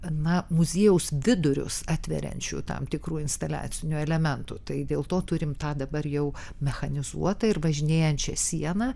na muziejaus vidurius atveriančių tam tikrų instaliacinių elementų tai dėl to turim tą dabar jau mechanizuotą ir važinėjančią sieną